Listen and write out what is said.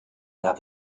gab